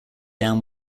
down